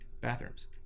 bathrooms